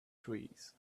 trees